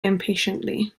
impatiently